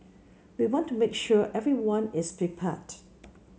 we want to make sure everyone is prepared